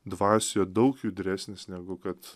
dvasioje daug judresnis negu kad